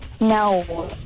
No